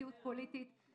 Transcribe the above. ועל כיתות קטנות,